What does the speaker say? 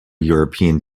european